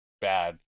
bad